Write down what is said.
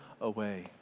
away